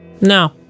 No